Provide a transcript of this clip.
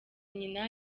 nyina